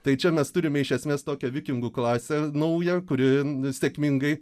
tai čia mes turime iš esmės tokią vikingų klasę naują kuri sėkmingai